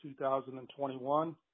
2021